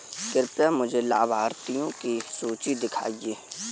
कृपया मुझे लाभार्थियों की सूची दिखाइए